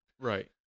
Right